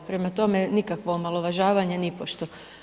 Prema tome, nikakvo omalovažavanje nipošto.